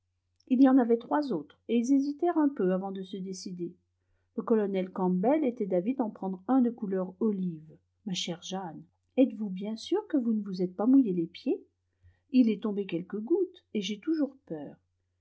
il y en avait trois autres et ils hésitèrent un peu avant de se décider le colonel campbell était d'avis d'en prendre un de couleur olive ma chère jane êtes-vous bien sûre que vous ne vous êtes pas mouillée les pieds il est tombé quelques gouttes et j'ai toujours peur